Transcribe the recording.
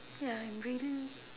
ya I'm really